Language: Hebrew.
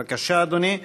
בבקשה, אדוני.